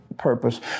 purpose